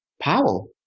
Powell